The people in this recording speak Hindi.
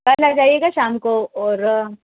कल आ जाइएगा शाम को और